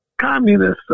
communists